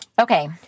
Okay